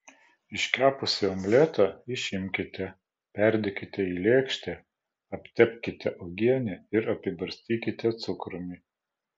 iškepusį omletą išimkite perdėkite į lėkštę aptepkite uogiene ir apibarstykite cukrumi